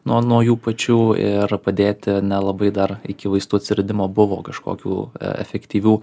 nuo nuo jų pačių ir padėti nelabai dar iki vaistų atsiradimo buvo kažkokių efektyvių